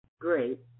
great